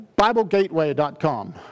BibleGateway.com